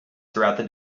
throughout